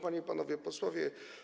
Panie i Panowie Posłowie!